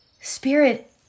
spirit